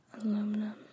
Aluminum